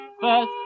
first